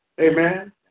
Amen